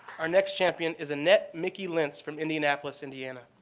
our next champion is annette mickey lentz from indianapolis, indiana.